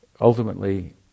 Ultimately